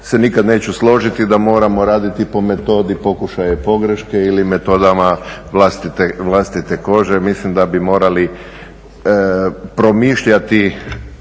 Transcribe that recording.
se nikada neću složiti da moramo raditi po metodi pokušaja i pogreške ili metodama vlastite kože. Mislim da bi morali promišljati